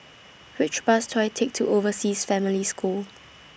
Which Bus should I Take to Overseas Family School